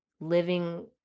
living